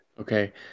Okay